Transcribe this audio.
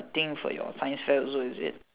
thing for your science fair also is it